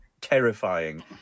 terrifying